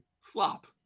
Slop